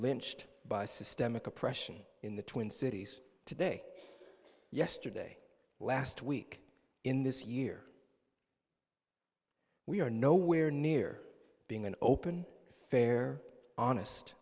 lynched by systemic oppression in the twin cities today yesterday last week in this year we are nowhere near being an open fair honest